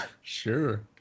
sure